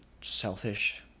selfish